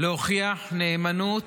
להוכיח נאמנות